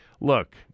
look